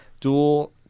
dual